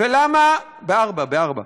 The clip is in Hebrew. בארבע, בארבע.